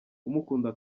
umukunda